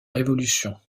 révolution